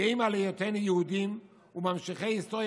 גאים על היותנו יהודים וממשיכי היסטוריה